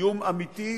איום אמיתי,